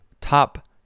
top